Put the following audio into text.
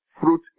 fruit